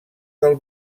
del